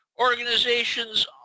organizations